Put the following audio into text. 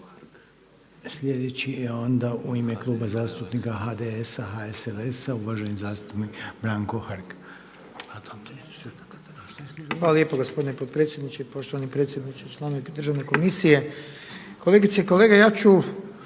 Sljedeći je onda u ime Kluba zastupnika HDS-HSLS uvaženi zastupnik Branko Hrg. **Hrg, Branko (HDS)** Hvala lijepo gospodine potpredsjedniče. Poštovani predsjedniče i članovi državne komisije. Kolegice i kolege. Ja ću